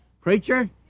Preacher